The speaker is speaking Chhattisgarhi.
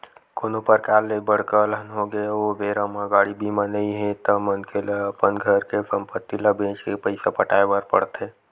कोनो परकार ले बड़का अलहन होगे अउ ओ बेरा म गाड़ी बीमा नइ हे ता मनखे ल अपन घर के संपत्ति ल बेंच के पइसा पटाय बर पड़थे